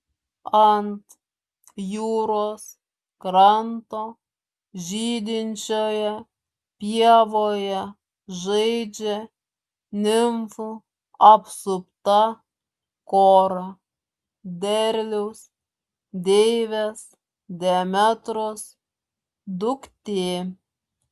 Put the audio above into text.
ant jūros kranto žydinčioje pievoje žaidžia nimfų apsupta kora derliaus deivės demetros duktė